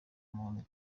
muntu